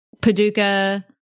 Paducah